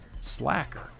slacker